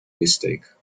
mistake